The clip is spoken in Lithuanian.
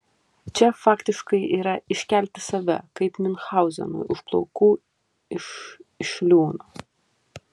čia faktiškai yra iškelti save kaip miunchauzenui už plaukų iš iš liūno